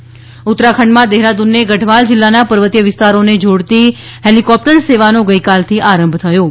helicopter સેવા ઉત્તરાખંડમાં દેહરાદૂનને ગઢવાલ જિલ્લાના પર્વતીય વિસ્તારોને જોડતી હેલિકોપ્ટર સેવાનો ગઈકાલથી આરંભ થયો છે